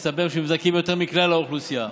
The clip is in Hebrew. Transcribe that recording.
מסתבר שנבדקים יותר מכלל האוכלוסייה.